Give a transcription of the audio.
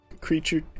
creature